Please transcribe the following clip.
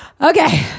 Okay